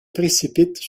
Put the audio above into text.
précipitent